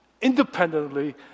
independently